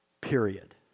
Period